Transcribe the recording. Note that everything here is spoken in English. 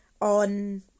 on